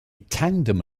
tandem